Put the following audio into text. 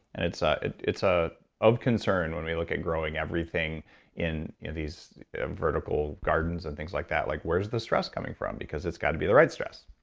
and it's ah it's ah of concern when we look at growing everything in these vertical gardens and things like that. like where's the stress coming from? it's got to be the right stress